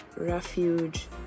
refuge